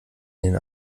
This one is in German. den